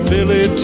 Billy